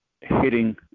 hitting